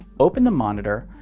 open the monitor,